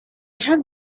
have